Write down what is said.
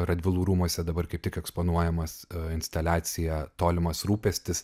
radvilų rūmuose dabar kaip tik eksponuojamas instaliacija tolimas rūpestis